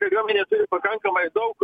kariuomenė turi pakankamai daug